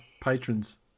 patrons